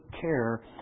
care